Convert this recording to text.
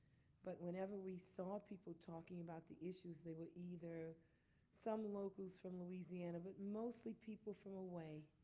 but whenever we saw people talking about the issues, they were either some locals from louisiana, but mostly people from away,